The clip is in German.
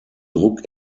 druck